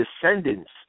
descendants